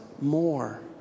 more